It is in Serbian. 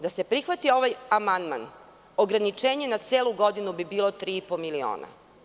Da se prihvati ovaj amandman, ograničenje na celu godinu bi bilo 3,5 miliona.